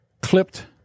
clipped